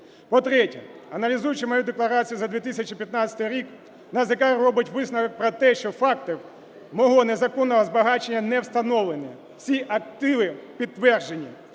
По-третє, аналізуючи мою декларацію за 2015 рік, НАЗК робить висновок про те, що факти мого незаконного збагачення не встановлені, всі активи підтверджені.